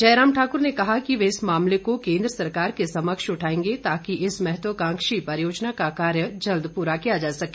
जयराम ठाकुर ने कहा कि वे इस मामले को केन्द्र सरकार के समक्ष उठाएंगे ताकि इस महत्वकांक्षी परियोजना का कार्य जल्द पूरा किया जा सके